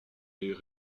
est